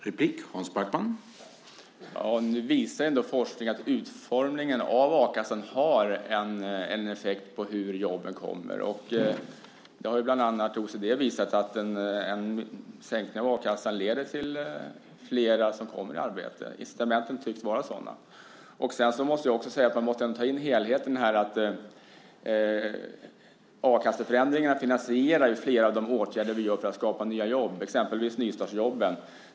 Herr talman! Nu visar ändå forskning att utformningen av a-kassan har en effekt på hur jobben kommer. Bland annat OECD har visat att en sänkning av a-kassan leder till att flera kommer i arbete. Incitamenten tycks vara sådana. Jag måste också säga att man ändå måste ta in helheten. A-kasseförändringarna finansierar ju flera av de åtgärder som vi vidtar för att skapa nya jobb, exempelvis nystartsjobben.